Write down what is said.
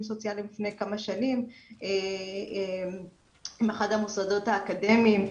סוציאליים לפני כמה שנים עם אחד המוסדות האקדמיים,